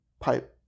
pipe